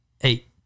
Eight